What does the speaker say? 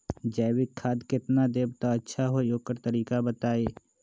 जैविक खाद केतना देब त अच्छा होइ ओकर तरीका बताई?